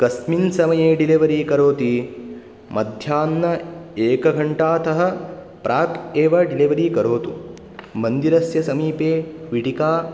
कस्मिन् समये डेलिवरी करोति मध्याह्न एकघण्टातः प्राक् एव डिलिवरि करोतु मन्दिरस्य समीपे विडिका